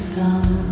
down